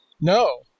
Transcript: No